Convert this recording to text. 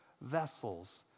vessels